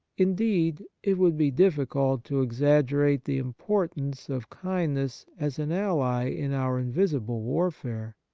indeed, it would be difficult to exaggerate the importance of kindness as an ally in our invisible warfare.